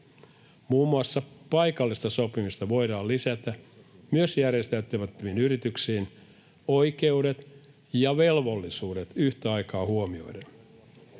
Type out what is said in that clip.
Muun muassa paikallista sopimista voidaan lisätä myös järjestäytymättömiin yrityksiin oikeudet ja velvollisuudet yhtä aikaa huomioiden.